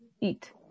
eat